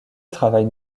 travaille